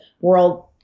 world